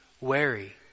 wary